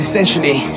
Essentially